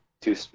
two